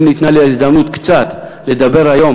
אם ניתנה לי ההזדמנות לדבר קצת היום